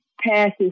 passes